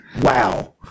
Wow